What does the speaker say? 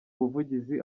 ubuvugizi